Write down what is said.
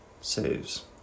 Saves